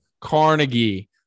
Carnegie